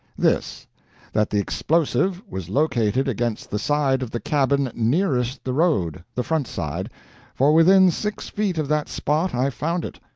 this that the explosive was located against the side of the cabin nearest the road the front side for within six feet of that spot i found it.